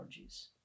allergies